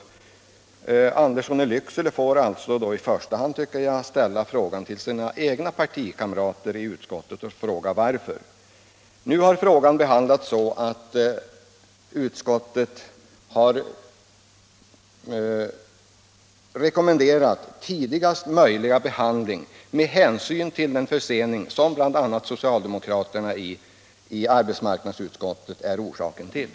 Herr Andersson i Lycksele får därför i första hand vända sig till sina egna partikamrater i utskottet och fråga varför. Nu har frågan behandlats så att utskottet har rekommenderat tidigaste möjliga behandling med hänsyn till den försening som bl.a. socialdemokraterna i arbetsmarknadsutskottet är orsaken till.